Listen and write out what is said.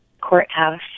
Courthouse